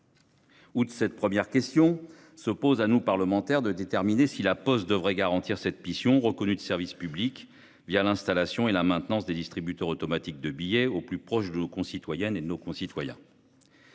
Ou de cette première question se pose à nous parlementaires de déterminer si la Poste devrait garantir cette mission reconnue de service public via l'installation et la maintenance des distributeurs automatiques de billets au plus proche de nos concitoyennes et nos concitoyens.